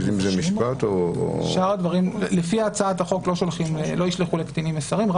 אם זה משפט או --- לפי הצעת החוק לא ישלחו לקטינים מסרים,